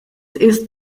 ist